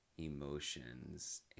emotions